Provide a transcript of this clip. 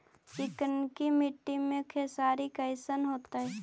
चिकनकी मट्टी मे खेसारी कैसन होतै?